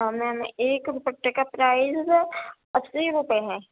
ہاں میم ایک ڈوپٹے کا پرائز اَسی روپے ہے